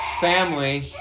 family